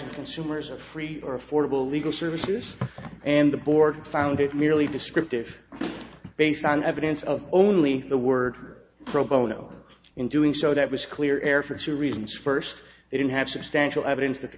and consumers of free or affordable legal services and the board found it nearly descriptive based on evidence of only the word pro bono in doing so that was clear air france are reasons first they don't have substantial evidence that the